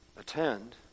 attend